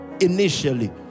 initially